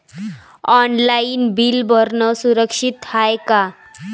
Online bill भरनं सुरक्षित हाय का?